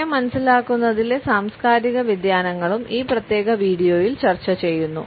സമയം മനസ്സിലാക്കുന്നതിലെ സാംസ്കാരിക വ്യതിയാനങ്ങളും ഈ പ്രത്യേക വീഡിയോയിൽ ചർച്ചചെയ്യുന്നു